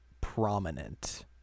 prominent